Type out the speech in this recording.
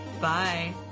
Bye